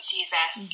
Jesus